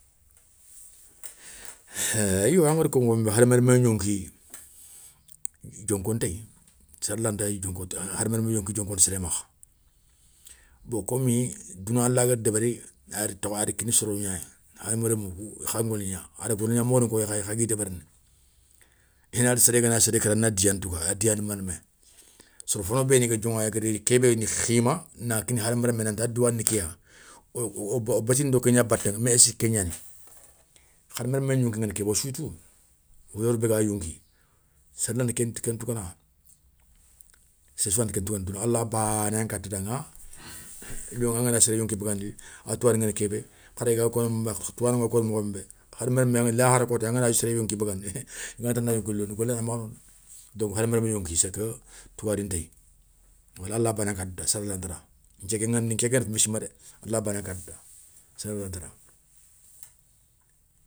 yo angada ko mokhon bé hadama remme gnonki dionko ntéye hadama remme gnonki dionko nta séré makha, bon komi douna allahgada débéri ada kini soro gnay hadama remmou kou khan goligna, a da golignan mokhon koyi khayi khagui débérini, inati séré gana séré kéri ana diya ntouga, a diya na mané mé, soro fono béni ga dioŋa i gadi kébé gni khima, na kini hadama remme nanta diya na kéya, wo bétini do kégna batéŋa mais est ce que kégnani, hadama remme gnonki ngani kébé wossouyatou, valeur bé ga yonki séré sou ranta ken tougana, séré sou ranta ken tougana allah bané, yan kata daŋa, angana séré yonki bagandi, atougadi nguéni kébé hari ga koŋo moxo, touwano nga koŋo mokhon bé, lahara kota angana séré yonki bagandi, i na ta na yonki londi golé gnana makha noŋa, donko hadama remme, yonki cest clair tougadi ntéye. Alla bana nkata da sere lanta da, nké ké ŋaniyé, nke kenda kégna simadé alla bané yan katada séré yimé rantada.